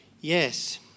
Yes